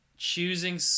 choosing